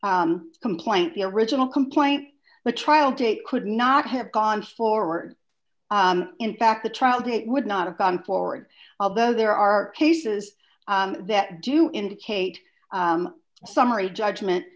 st complaint the original complaint the trial date could not have gone forward in fact the trial date would not have on forward although there are cases that do indicate a summary judgment